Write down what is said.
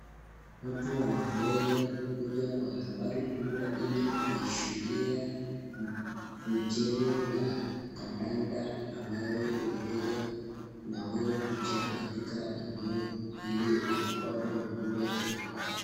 Watu wameweza kukuja kwa nambari kubwa ili kushuhudia michezo ya kadanda ambayo inaweza kuchezwa katika eneo hili, na watu wamekuja kwao.